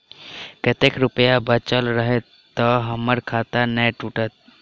कतेक रुपया बचल रहत तऽ हम्मर खाता नै टूटत?